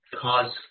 cause